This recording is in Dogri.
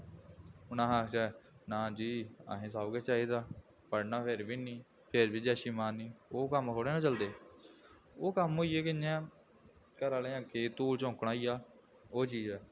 हून अस आखचै नां जी असें सब कुछ चाहिदा पढ़ना फिर बी निं फिर बी जैशी मारनी ओह् कम्म थोह्ड़े ना चलदे ओह् कम्म होई गे इ'यां घरै आह्लें दा अक्खी च धूल झोंकना ओह् होई गेआ ओह् चीज ऐ